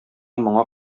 моңа